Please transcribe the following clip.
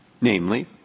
namely